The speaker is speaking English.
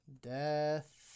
Death